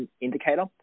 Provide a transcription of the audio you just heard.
indicator